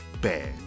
bad